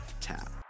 tap